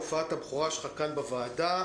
הופעת הבכורה שלך כאן בוועדה.